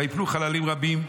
ויפלו חללים רבים.